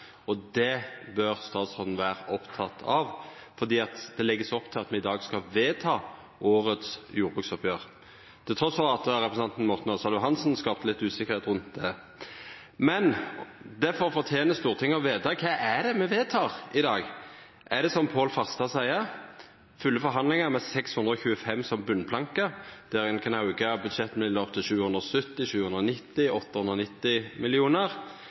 og det bør statsråden vera oppteken av, for det vert lagt opp til at me i dag skal vedta årets jordbruksoppgjør, trass i at representanten Morten Ørsal Johansen har skapt litt usikkerheit rundt det. Derfor fortener Stortinget å få veta: Kva er det me vedtek i dag? Er det, som Pål Farstad seier, fulle forhandlingar med 625 som botnplanke der ein kan auka